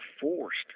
forced